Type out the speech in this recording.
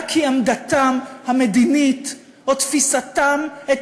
רק כי עמדתם המדינית או תפיסתם את